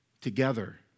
together